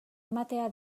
ematea